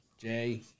Jay